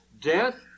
death